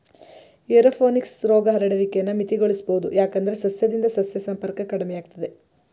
aeroponics ರೋಗ ಹರಡುವಿಕೆನ ಮಿತಿಗೊಳಿಸ್ಬೋದು ಯಾಕಂದ್ರೆ ಸಸ್ಯದಿಂದ ಸಸ್ಯ ಸಂಪರ್ಕ ಕಡಿಮೆಯಾಗ್ತದೆ